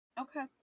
Okay